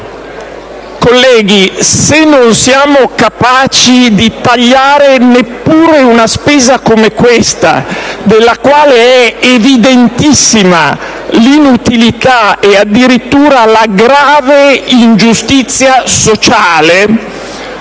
Colleghi, se non siamo capaci di tagliare neppure una spesa come questa, della quale è evidentissima l'inutilità e addirittura la grave ingiustizia sociale,